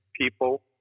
people